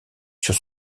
sur